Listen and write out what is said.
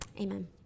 Amen